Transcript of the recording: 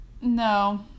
No